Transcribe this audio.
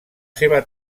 seva